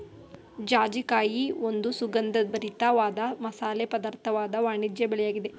ಜಾಜಿಕಾಯಿ ಒಂದು ಸುಗಂಧಭರಿತ ವಾದ ಮಸಾಲೆ ಪದಾರ್ಥವಾದ ವಾಣಿಜ್ಯ ಬೆಳೆಯಾಗಿದೆ